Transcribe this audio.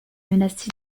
menacé